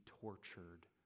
tortured